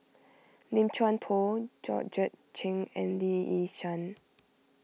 Lim Chuan Poh Georgette Chen and Lee Yi Shyan